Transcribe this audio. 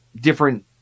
different